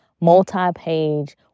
multi-page